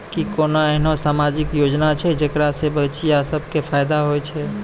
कि कोनो एहनो समाजिक योजना छै जेकरा से बचिया सभ के फायदा होय छै?